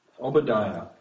Obadiah